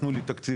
תנו לי תקציבים,